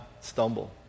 stumble